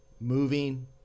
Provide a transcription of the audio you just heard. Moving